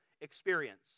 experience